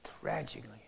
Tragically